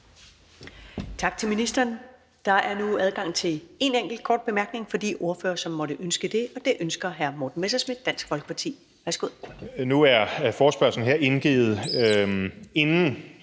Tak til ministeren. Der er nu adgang til én enkelt kort bemærkning fra de ordførere, som måtte ønske det, og det ønsker hr. Morten Messerschmidt, Dansk Folkeparti. Værsgo. Kl. 15:33 Morten Messerschmidt